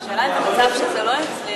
השאלה היא אם במצב שזה לא יצליח,